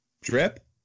Drip